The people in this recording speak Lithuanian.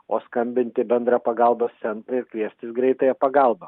o skambint į bendrą pagalbos centrą ir kviestis greitąją pagalbą